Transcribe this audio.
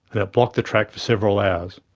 and it blocked the track for several hours.